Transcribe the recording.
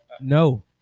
No